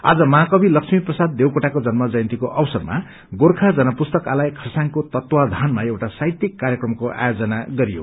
आज महाकवि लक्ष्मी प्रसाद देवकोटाको जन्म जयन्तीको अवसरमा गोर्खा जन पुस्तकालय खरसाङको तत्वाथनमा एउटा साहित्यिक कार्यक्रमको आयोजन गरियो